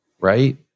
right